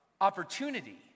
Opportunity